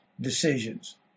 decisions